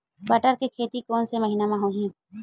बटर के खेती कोन से महिना म होही?